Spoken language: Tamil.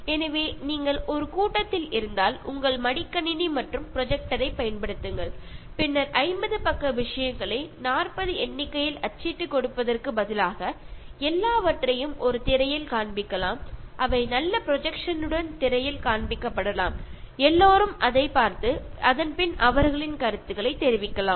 எனவே நீங்கள் ஒரு கூட்டத்தில் இருந்தால் உங்கள் மடிக்கணினி மற்றும் ப்ரொஜெக்டரைப் பயன்படுத்துங்கள் பின்னர் 50 பக்க விஷயங்களை 40 எண்ணிக்கையில் அச்சிட்டு கொடுப்பதற்குப் பதிலாக எல்லாவற்றையும் ஒரு திரையில் காண்பிக்கலாம் அவை நல்ல ப்ரொஜெக்ஷன் டன் திரையில் காண்பிக்கப்படலாம் எல்லோரும் பார்த்து அதன் பின் அவர்களின் கருத்துக்களை தெரிவிக்கலாம்